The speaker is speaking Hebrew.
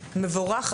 מבורך,